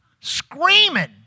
screaming